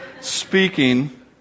speaking